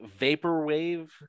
vaporwave